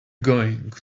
going